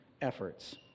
efforts